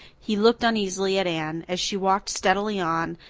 he looked uneasily at anne, as she walked steadily on,